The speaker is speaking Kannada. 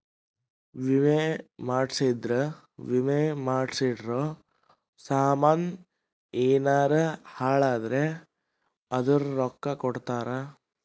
ವಿಮೆ ಮಾಡ್ಸಿದ್ರ ವಿಮೆ ಮಾಡ್ಸಿರೋ ಸಾಮನ್ ಯೆನರ ಹಾಳಾದ್ರೆ ಅದುರ್ ರೊಕ್ಕ ಕೊಡ್ತಾರ